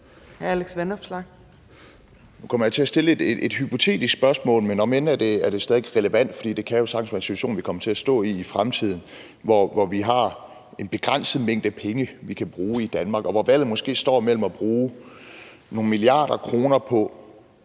Nu kommer jeg til at stille et hypotetisk spørgsmål, men det er stadig relevant, for det kan jo sagtens være en situation, vi kommer til at stå i i fremtiden, at vi har en begrænset mængde penge, vi kan bruge i Danmark, og at valget måske står mellem at bruge nogle milliarder kroner på